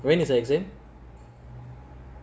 when his exam